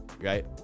right